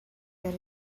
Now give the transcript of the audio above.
that